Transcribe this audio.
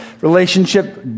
relationship